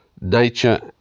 nature